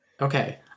Okay